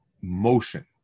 motion